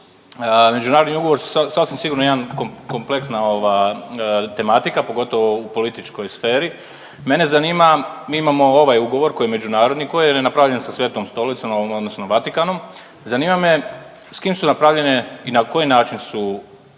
međunarodni ugovor su sasvim sigurno jedan kompleksna ova tematika, pogotovo u političkoj sferi, mene zanima, mi imamo ovaj ugovor koji je međunarodni, koji je napravljen sa Svetom Stolicom, odnosno Vatikanom, zanima me, s kim su napravljene i na koji način su